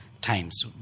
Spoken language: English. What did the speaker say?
times